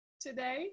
today